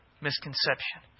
misconception